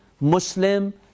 Muslim